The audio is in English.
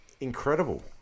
incredible